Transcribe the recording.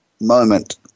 moment